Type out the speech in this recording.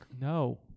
No